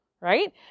right